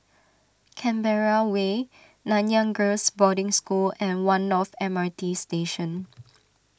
Canberra Way Nanyang Girls' Boarding School and one North M R T Station